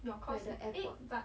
like the airpod